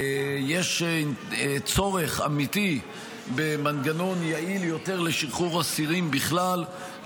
יש צורך אמיתי במנגנון יעיל יותר לשחרור אסירים בכלל,